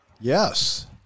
Yes